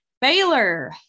Baylor